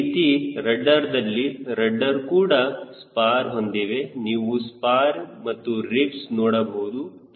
ಅದೇ ರೀತಿ ರಡ್ಡರ್ ದಲ್ಲಿ ರಡ್ಡರ್ ಕೂಡ ಸ್ಪಾರ್ ಹೊಂದಿದೆ ನೀವು ಸ್ಪಾರ್ ಮತ್ತು ರಿಬ್ಸ್ ನೋಡಬಹುದು